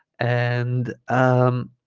and um